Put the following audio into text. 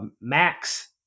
Max